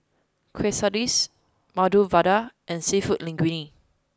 Quesadillas Medu Vada and Seafood Linguine